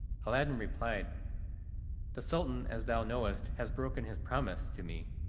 aladdin replied the sultan, as thou knowest, has broken his promise to me,